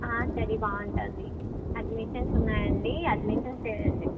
ఆ స్టడీ బాగుంటుంది అడ్మిషన్స్ ఉన్నాయి అండి అడ్మిషన్ చేయండి